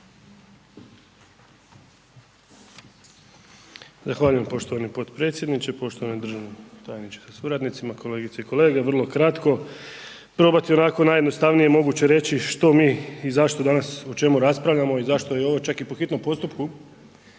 Zahvaljujem poštovani potpredsjedniče, poštovani državni tajniče sa suradnicima, kolegice i kolege. Vrlo kratko, probati onako najjednostavnije moguće reći što mi i zašto danas, o čemu raspravljamo i zašto je ovo čak i po hitnom postupku.